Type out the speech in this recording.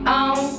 on